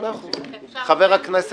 חברת ורבין.